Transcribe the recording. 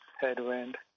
headwind